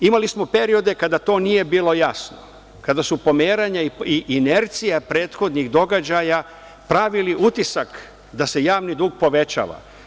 Imali smo periode kada to nije bilo jasno, kada su pomeranja i inercija prethodnih događaja pravili utisak da se javni dug povećava.